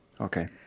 Okay